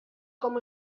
com